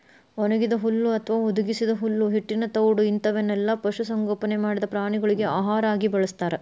ಒಣಗಿದ ಹುಲ್ಲು ಅತ್ವಾ ಹುದುಗಿಸಿದ ಹುಲ್ಲು ಹಿಟ್ಟಿನ ತೌಡು ಇಂತವನ್ನೆಲ್ಲ ಪಶು ಸಂಗೋಪನೆ ಮಾಡಿದ ಪ್ರಾಣಿಗಳಿಗೆ ಆಹಾರ ಆಗಿ ಬಳಸ್ತಾರ